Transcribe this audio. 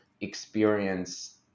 experience